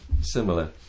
similar